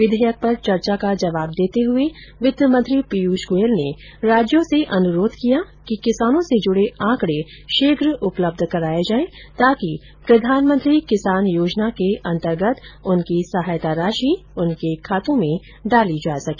विधेयक पर चर्चा का जवाब देते हुए वित्त मंत्री पीयूष गोयल ने राज्यों से अनुरोध किया कि किसानों से जुड़े आंकड़े शीघ्र उपलब्ध कराए जाए ताकि प्रधानमंत्री किसान योजना के अंतर्गत उनकी सहायता राशि उनके खातों में डाली जा सके